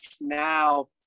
now